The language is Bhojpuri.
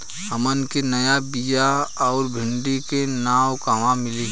हमन के नया बीया आउरडिभी के नाव कहवा मीली?